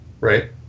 right